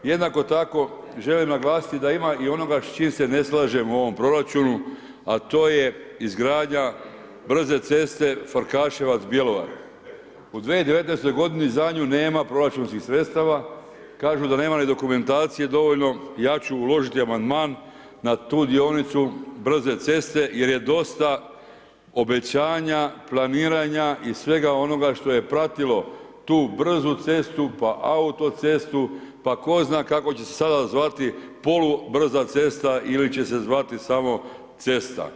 Jednako tako, želim naglasiti da ima i onoga s čim se ne slažem u ovom proračunu, a to je izgradnja brze ceste Farkaševac Bjelovar, u 2019. g. za nju nema proračunskih sredstava, kažu da nema ni dokumentacije dovoljno i ja ću uložiti amandman na tu dionicu brze ceste jer je dosta obećanja, planiranja i svega onoga što je pratilo tu brzu cestu, pa autocestu, pa tko zna kako će se sada zvati, polubrza cesta ili će se zvati samo cesta.